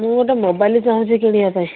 ମୁଁ ଗୋଟେ ମୋବାଇଲ୍ ଚାହୁଁଛି କିଣିବାପାଇଁ